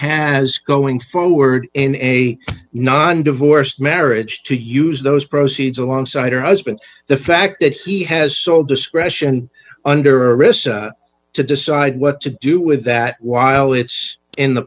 has going forward in a non divorced marriage to use those proceeds alongside her husband the fact that he has sole discretion under arrest to decide what to do with that while it's in the